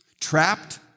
trapped